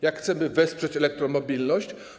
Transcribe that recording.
Jak chcemy wspierać elektromobilność?